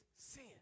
sin